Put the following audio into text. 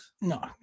No